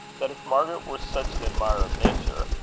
that if margaret were such an admirer of nature,